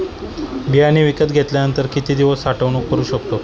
बियाणे विकत घेतल्यानंतर किती दिवस साठवणूक करू शकतो?